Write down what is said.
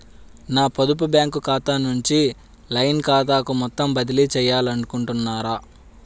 నా పొదుపు బ్యాంకు ఖాతా నుంచి లైన్ ఖాతాకు మొత్తం బదిలీ చేయాలనుకుంటున్నారా?